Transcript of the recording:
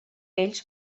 ells